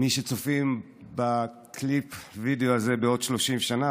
למי שצופים בקליפ, בווידיאו הזה בעוד 30 שנה.